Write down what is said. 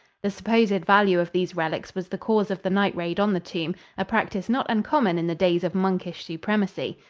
the supposed value of these relics was the cause of the night raid on the tomb a practice not uncommon in the days of monkish supremacy.